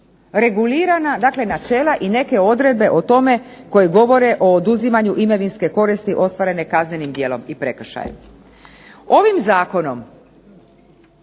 regulirana, dakle načela i neke odredbe o tome koje govore o oduzimanju imovinske koristi ostvarene kaznenim djelom i prekršajem. Ovim zakonom